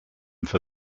for